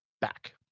back